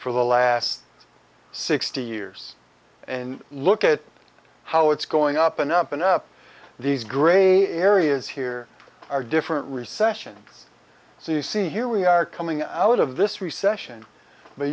for the last sixty years and look at how it's going up and up and up these gray areas here are different recession so you see here we are coming out of this recession but